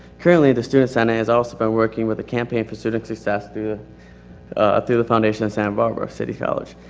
currently, the student senate has also been working with the campaign for student success through the ah through the foundation of santa barbara city college.